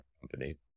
company